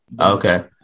Okay